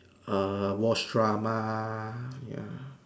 err watch drama ya